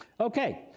Okay